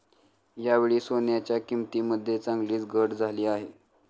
यावेळी सोन्याच्या किंमतीमध्ये चांगलीच घट झाली आहे